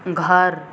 घर